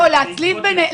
הוא ספג פגיעה,